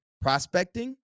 prospecting